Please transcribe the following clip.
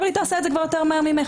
אבל היא תעשה את זה כבר יותר מהר ממך,